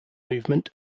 movement